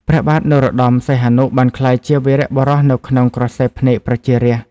ព្រះបាទនរោត្តម សីហនុបានក្លាយជាវីរបុរសនៅក្នុងក្រសែភ្នែកប្រជារាស្ត្រ។